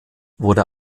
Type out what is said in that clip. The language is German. wurde